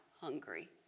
hungry